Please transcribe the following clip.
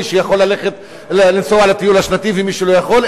מי שיכול לנסוע לטיול השנתי ומי שלא יכול,